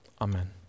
amen